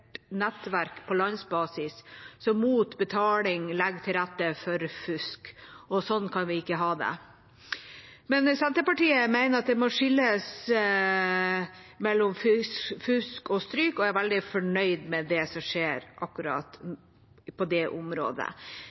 nettverk på landsbasis mot betaling legger til rette for fusk. Sånn kan vi ikke ha det. Senterpartiet mener at det må skilles mellom fusk og stryk, og er veldig fornøyd med det som skjer på akkurat det området.